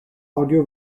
audio